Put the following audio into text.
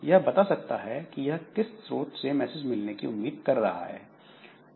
यह बता सकता है कि यह किस श्रोत से मैसेज मिलने की उम्मीद कर रहा है